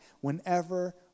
whenever